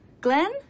Glenn